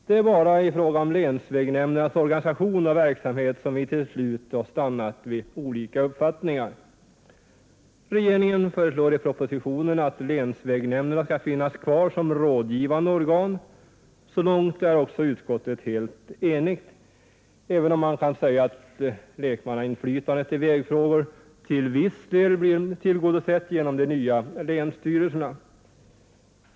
Det är bara i fråga om länsvägnämndernas organisation och verksamhet som vi till slut har stannat vid olika uppfattningar. Regeringen föreslår i propositionen att länsvägnämnderna skall finnas kvar som rådgivande organ. Så långt är också utskottet helt enigt, även om man kan säga att lekmannainflytandet i vägfrågor till viss del blir tillgodosett genom de nya länsstyrelserna.